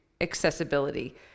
accessibility